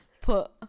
put